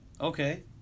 Okay